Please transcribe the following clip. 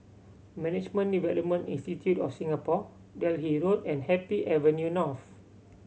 Management Development Institute of Singapore Delhi Road and Happy Avenue North